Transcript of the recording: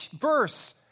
verse